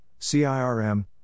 CIRM